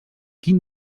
quin